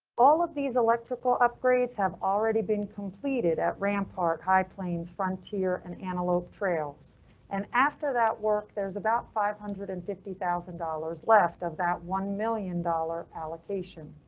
all of these electrical upgrades have already been completed at rampart high plains frontier. an antelope trails and after that work, there's about five hundred and fifty thousand dollars left of that one million dollars allocation.